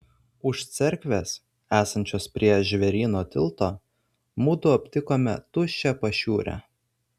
už cerkvės esančios prie žvėryno tilto mudu aptikome tuščią pašiūrę